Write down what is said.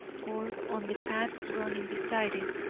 or on the path running beside it,